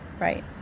Right